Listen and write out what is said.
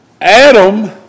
Adam